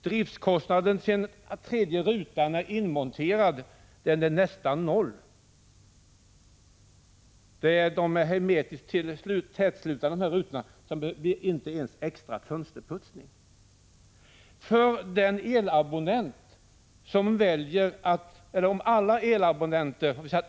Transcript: Driftskostnaden sedan en tredje ruta är inmonterad är nästan noll. Rutorna är hermetiskt tätslutande, så det behövs inte ens extra Prot. 1985/86:124 fönsterputsning.